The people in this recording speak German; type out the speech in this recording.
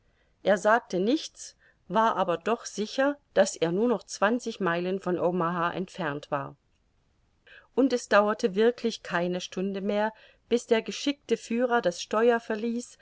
er sagte nichts war aber doch sicher daß er nur noch zwanzig meilen von omaha entfernt war und es dauerte wirklich keine stunde mehr bis der geschickte führer das steuer verließ